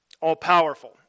all-powerful